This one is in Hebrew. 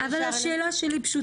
אבל השאלה שלי פשוטה.